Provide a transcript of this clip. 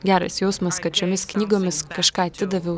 geras jausmas kad šiomis knygomis kažką atidaviau